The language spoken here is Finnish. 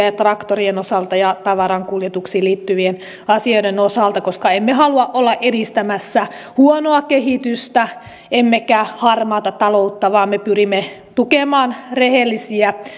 ja traktorien osalta ja tavarankuljetuksiin liittyvien asioiden osalta olemme esittäneet pykälämuutoksia koska emme halua olla edistämässä huonoa kehitystä emmekä harmaata taloutta vaan me pyrimme tukemaan rehellisiä